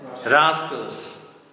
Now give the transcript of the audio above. Rascals